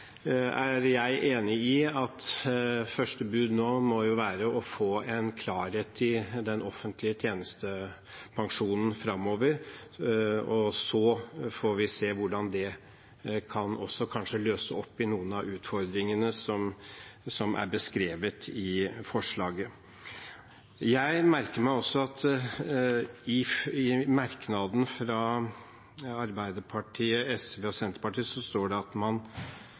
lokalt. Jeg er enig i at første bud nå må være å få en klarhet i den offentlige tjenestepensjonen framover, og så får vi se hvordan det kanskje kan løse noen av utfordringene som er beskrevet i forslaget. Jeg merker meg også at i merknaden fra Arbeiderpartiet, SV og Senterpartiet står det at man